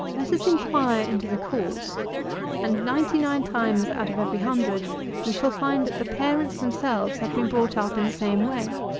let us inquire into the cause and ninety-nine times out of every hundred we shall find that the parents themselves have been brought up in the same way.